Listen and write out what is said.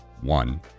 one